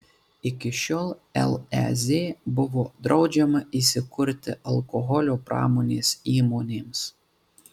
iki šiol lez buvo draudžiama įsikurti alkoholio pramonės įmonėms